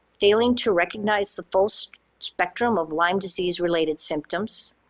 failing to recognize the full so spectrum of lyme disease-related symptoms,